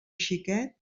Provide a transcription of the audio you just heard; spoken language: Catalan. xiquet